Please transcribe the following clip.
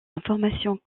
informations